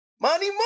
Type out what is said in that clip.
Money